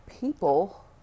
people